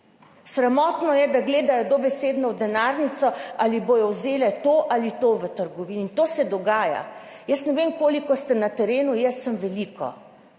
Sramotno je, da gledajo dobesedno v denarnico, ali bodo vzele to ali to v trgovini. To se dogaja. Jaz ne vem, koliko ste na terenu, jaz sem veliko